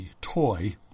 toy